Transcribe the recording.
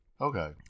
Okay